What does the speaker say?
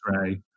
Right